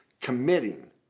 committing